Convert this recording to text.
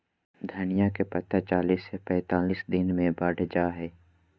धनिया के पत्ता चालीस से पैंतालीस दिन मे बढ़ जा हय